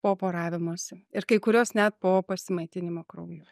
po poravimosi ir kai kurios net po pasimaitinimo krauju